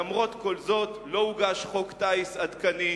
למרות כל זאת לא הוגש חוק טיס עדכני,